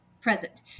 present